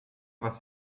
was